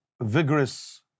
vigorous